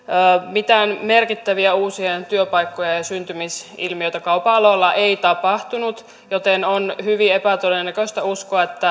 mitään merkittäviä uusien työpaikkojen syntymisilmiöitä kaupan aloilla ei tapahtunut joten on hyvin epätodennäköistä uskoa että